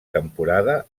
temporada